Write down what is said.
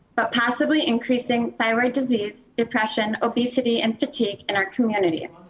but possibly increasing thyroid disease, depression, obesity, and fatigue in our community.